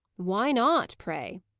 why not, pray?